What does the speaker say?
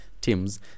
teams